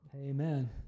amen